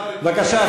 בבקשה,